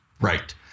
Right